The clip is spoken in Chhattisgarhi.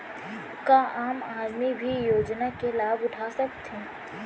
का आम आदमी भी योजना के लाभ उठा सकथे?